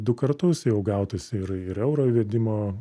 du kartus jau gautas ir ir euro įvedimo